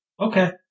Okay